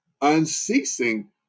unceasing